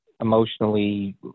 emotionally